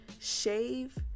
shave